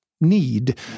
need